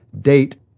date